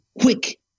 quick